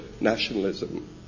nationalism